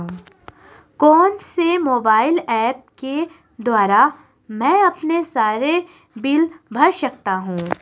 कौनसे mobile apps के द्वारा मैं अपने सारे बिल भर सकता हूं?